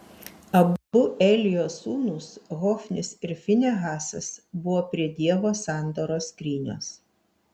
abu elio sūnūs hofnis ir finehasas buvo prie dievo sandoros skrynios